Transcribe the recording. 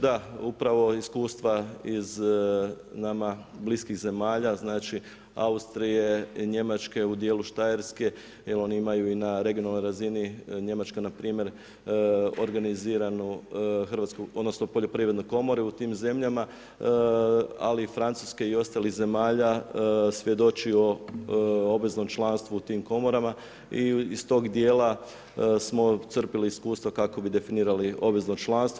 Da, upravo iskustva iz nama bliskih zemalja, znači Austrije, Njemačke, u djelu Štajerske, jer oni imaju i na regionalnoj razini, Njemačka npr. organiziranu poljoprivrednu komoru u tim zemljama, ali i Francuske i ostalih zemalja svjedoči o obveznom članstvu u tim komorama i iz tog djela smo crpili iskustva kako bi definirali obvezno članstvo.